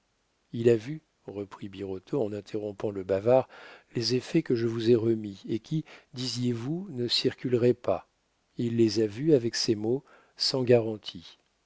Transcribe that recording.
il a vu reprit birotteau en interrompant le bavard les effets que je vous ai remis et qui disiez-vous ne circuleraient pas il les a vus avec ces mots sans garantie